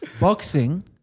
Boxing